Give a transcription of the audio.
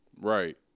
Right